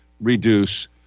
reduce